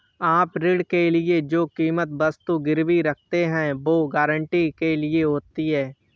आप ऋण के लिए जो कीमती वस्तु गिरवी रखते हैं, वो गारंटी के लिए होती है